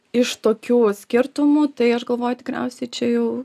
iš tokių skirtumų tai aš galvoju tikriausiai čia jau